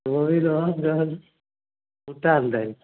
ओही जँ जहन ऊतरलै